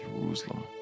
Jerusalem